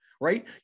right